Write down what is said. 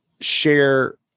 share